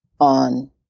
on